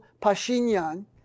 Pashinyan